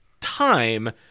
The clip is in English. time